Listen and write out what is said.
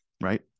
Right